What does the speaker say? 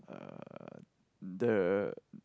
uh the